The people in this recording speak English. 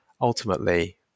ultimately